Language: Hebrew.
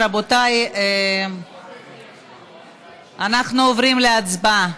רבותיי, אנחנו עוברים להצבעה.